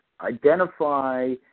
Identify